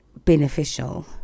beneficial